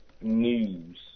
news